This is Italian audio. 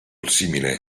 simile